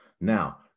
Now